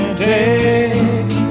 take